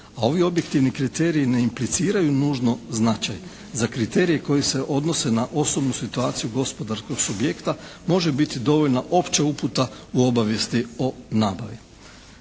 a ovi objektivni kriteriji ne impliciraju nužno značaj. Za kriterije koji se odnose na osobnu situaciju gospodarskog subjekta može biti dovoljna opća uputa u obavijesti o nabavi.